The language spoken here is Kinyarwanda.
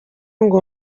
ngo